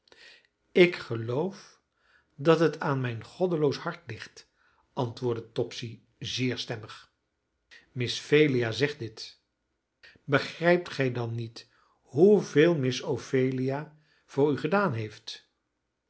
ik geloof dat het aan mijn goddeloos hart ligt antwoordde topsy zeer stemmig miss phelia zegt dit begrijpt gij dan niet hoeveel miss ophelia voor u gedaan heeft